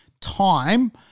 time